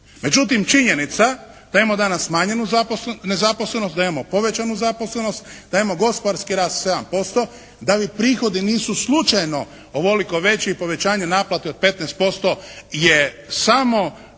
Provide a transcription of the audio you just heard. Međutim činjenica da imamo danas smanjenu nezaposlenost, da imamo povećanu zaposlenost, da imamo gospodarski rast sa 7%, da ni prihodi nisu slučajno ovoliko veći. I povećanje naplate od 15% je samo